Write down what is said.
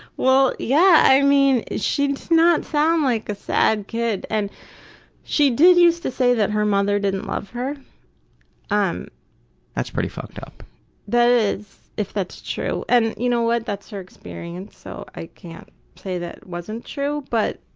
well, yeah, i mean she does not sound like a sad kid and she did used to say that her mother didn't love her um that's pretty fucked up n that is. if that's true, and you know what? that's her experience. so i can't say that wasn't true, but,